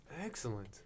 Excellent